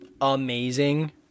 amazing